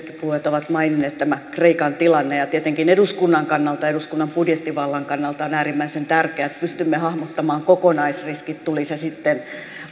ovat maininneet tämä kreikan tilanne ja tietenkin eduskunnan kannalta ja eduskunnan budjettivallan kannalta on äärimmäisen tärkeää että pystymme hahmottamaan kokonaisriskin tuli se sitten